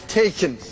taken